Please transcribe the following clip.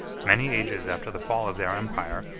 many ages after the fall of their empire,